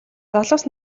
залуус